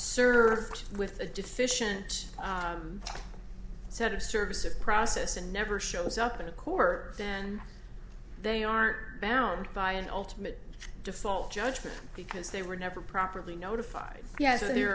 served with a deficient set of service of process and never shows up in a corner then they aren't bound by an ultimate default judgment because they were never properly notified yeah so there